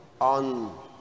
on